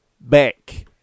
Back